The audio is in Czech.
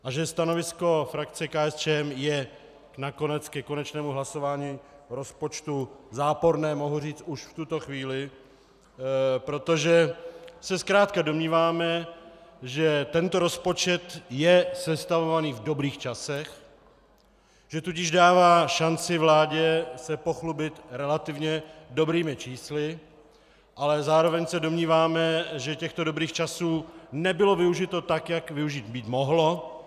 A že stanovisko frakce KSČM je nakonec ke konečnému hlasování rozpočtu záporné, mohu říct už v tuto chvíli, protože se zkrátka domníváme, že tento rozpočet je sestavovaný v dobrých časech, že tudíž dává šanci vládě se pochlubit relativně dobrými čísly, ale zároveň se domníváme, že těchto dobrých časů nebylo využito tak, jak využít být mohlo.